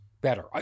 better